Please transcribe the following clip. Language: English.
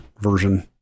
version